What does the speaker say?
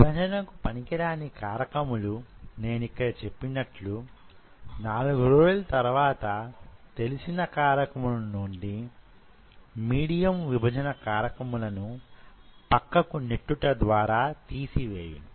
విభజనకు పనికిరాని కారకములు నేనిక్కడ చెప్పినట్లు నాలుగైదు రోజుల తరువాత తెలిసిన కారకముల ను మీడియం విభజన కారకములను పక్కకు నెట్టుట ద్వారా తీసివేయును